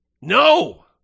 No